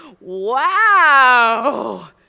wow